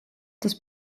das